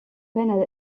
peine